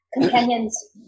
Companions